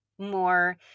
more